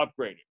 upgraded